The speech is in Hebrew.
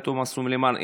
חיים ביטון,